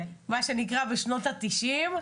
בשנות ה-90.